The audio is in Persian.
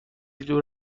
دور